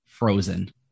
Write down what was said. Frozen